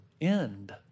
end